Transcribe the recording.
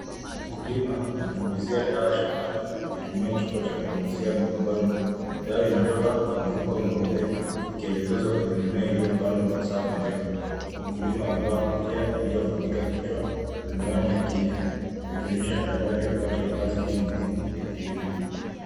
Mkulima ananyunyizia dawa shambani akitumia chupa ya kunyunyizia mgongoni, dawa inatoka kwa mfuko mweupe ikielekezwa kwenye mimea iliyopandwa kwa safu ndefu, mkulima amevaa kofia iliyofunika kichwa na miwani ya kinga yakionyesha tahadhari wakati wa kazi hii muhimu ya kilimo.